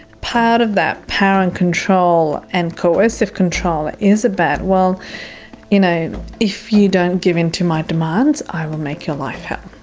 part of that power and control and coercive control is about well you know if you don't give in to my demands, i will make your life hell'.